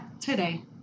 today